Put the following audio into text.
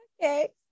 Okay